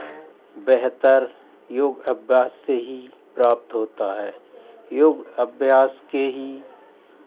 बेहतर योग अभ्यास से ही प्राप्त होता है योग अभ्यास के ही